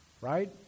Right